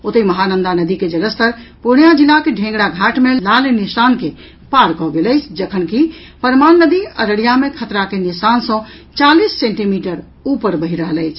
ओतहि महानंदा नदी के जलस्तर पूर्णियां जिलाक ढेंगरा घाट मे लाल निशान के पार कऽ गेल अछि जखनकि परमान नदी अररिया मे खतरा के निशान सँ चालीस सेंटीमीटर ऊपर बहि रहल अछि